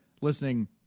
listening